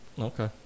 Okay